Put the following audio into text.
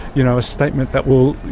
you know, a statement that will,